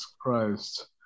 Christ